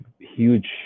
huge